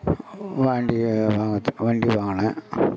வண்டி வாங்கிறத்துக்கு வண்டி வாங்கினேன்